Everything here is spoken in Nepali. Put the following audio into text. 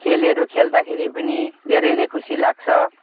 खेलहरू खेल्दाखेरि पनि धेरै नै खुसी लाग्छ